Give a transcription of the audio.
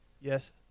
Yes